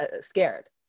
scared